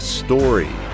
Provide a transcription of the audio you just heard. story